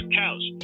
cows